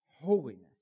holiness